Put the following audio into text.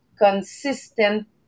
consistent